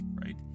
right